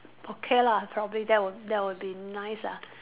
okay lah probably that will that will be nice ah